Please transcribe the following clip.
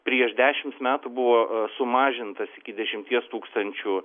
prieš dešims metų buvo sumažintas iki dešimties tūkstančių